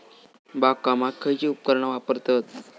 बागकामाक खयची उपकरणा वापरतत?